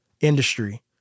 industry